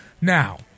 Now